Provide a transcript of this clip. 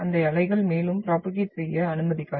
இந்த அலைகளை மேலும் ப்ரோபோகேட் செய்ய அனுமதிக்காது